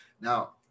Now